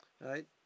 right